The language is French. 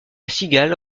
cigale